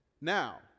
Now